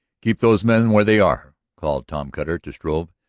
keep those men where they are, called tom cutter to struve.